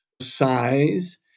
size